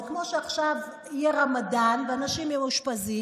זה כמו שעכשיו יהיה רמדאן ואנשים מאושפזים,